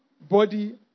body